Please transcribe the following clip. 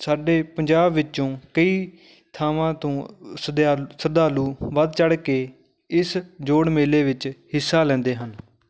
ਸਾਡੇ ਪੰਜਾਬ ਵਿੱਚੋਂ ਕਈ ਥਾਵਾਂ ਤੋਂ ਸ਼ਦਿਆ ਸ਼ਰਧਾਲੂ ਵੱਧ ਚੜ੍ਹ ਕੇ ਇਸ ਜੋੜ ਮੇਲੇ ਵਿੱਚ ਹਿੱਸਾ ਲੈਂਦੇ ਹਨ